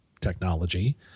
technology